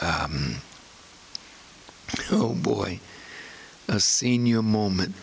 r oh boy a senior moment